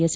S